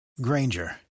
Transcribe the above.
Granger